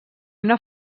una